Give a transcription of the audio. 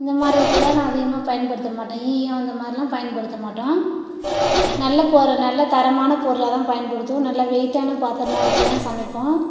இந்த மாரி இருக்குறதுலாம் நான் அதிகமாக பயன்படுத்த மாட்டேன் ஈயம் அந்த மாரிலாம் பயன்படுத்த மாட்டோம் நல்ல பொருள் நல்ல தரமான பொருளாதாக பயன்படுத்துவோம் நல்ல வெயிட்டான பாத்திரமா வச்சிதான் சமைப்போம்